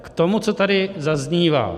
K tomu, co tady zaznívá.